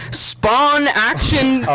spawn action